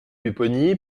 pupponi